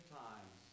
times